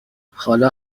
حالا